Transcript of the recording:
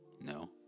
no